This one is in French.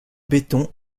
béton